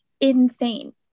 insane